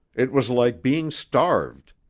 it was like being starved.